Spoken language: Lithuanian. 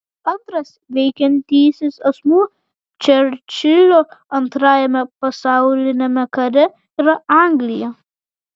antras veikiantysis asmuo čerčilio antrajame pasauliniame kare yra anglija